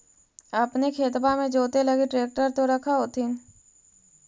अपने खेतबा मे जोते लगी ट्रेक्टर तो रख होथिन?